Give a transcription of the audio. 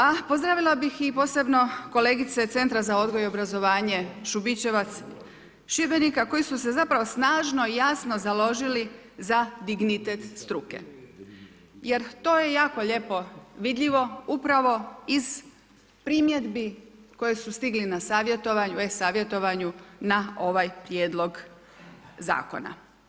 A pozdravila bih i posebno kolegice Centra za odgoj i obrazovanje Šubićevac iz Šibenika, koji su se zapravo snažno i jasno založili za dignitet struke jer to je jako lijepo vidljivo upravo iz primjedbi koje su stigle na e-savjetovanju na ovaj prijedlog zakona.